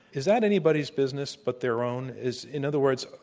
is that anybody's business but their own? is in other words,